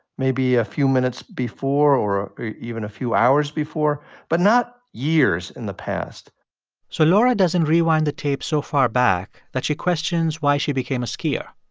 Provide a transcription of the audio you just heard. maybe a few minutes before or even a few hours before but not years in the past so laura doesn't rewind the tape so far back that she questions why she became a skier.